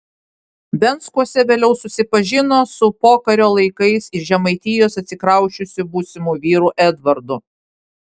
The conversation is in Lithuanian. venckuose vėliau susipažino su pokario laikais iš žemaitijos atsikrausčiusiu būsimu vyru edvardu